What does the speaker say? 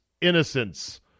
innocence